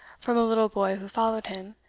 from a little boy who followed him,